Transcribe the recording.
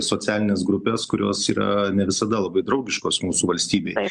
socialines grupes kurios yra ne visada labai draugiškos mūsų valstybei